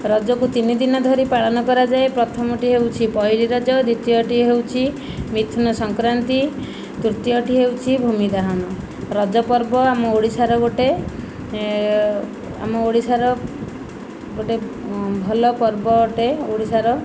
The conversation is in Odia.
ରଜକୁ ତିନିଦିନ ଧରି ପାଳନ କରାଯାଏ ପ୍ରଥମଟି ହେଉଛି ପହିଲି ରାଜା ଦ୍ୱିତୀୟଟି ହେଉଛି ମିଥୁନ ସଂକ୍ରାନ୍ତି ତୃତୀୟଟି ହେଉଛି ଭୂମିଦହନ ରଜପର୍ବ ଆମ ଓଡ଼ିଶାର ଗୋଟିଏ ଆମ ଓଡ଼ିଶାର ଗୋଟିଏ ଭଲ ପର୍ବ ଅଟେ ଓଡ଼ିଶାର